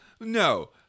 no